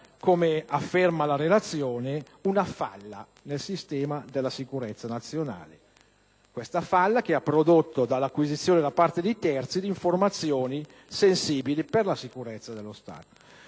come afferma la relazione, una falla nel sistema della sicurezza nazionale. Questa falla ha prodotto l'acquisizione da parte di terzi di informazioni sensibili per la sicurezza dello Stato.